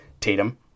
Tatum